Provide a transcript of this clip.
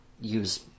use